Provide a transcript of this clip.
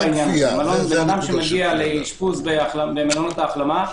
אדם שמגיע לאשפוז במלונות ההחלמה,